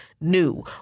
new